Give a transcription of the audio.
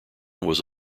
was